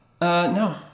No